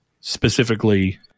specifically